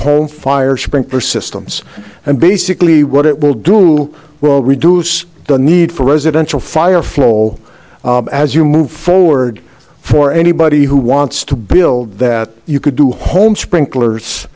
home fire sprinkler systems and basically what it will do will reduce the need for residential fire floral as you move forward for anybody who wants to build that you could do home sprinklers